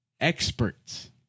experts